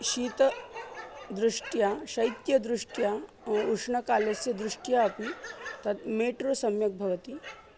शीतदृष्ट्या शैत्यदृष्ट्या उष्णकालस्य दृष्ट्या अपि तत् मेट्रो सम्यक् भवति